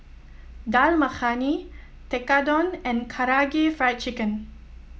Dal Makhani Tekkadon and Karaage Fried Chicken